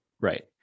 Right